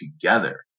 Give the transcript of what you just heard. together